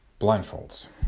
Blindfolds